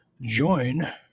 Join